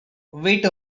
wait